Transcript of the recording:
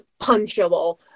punchable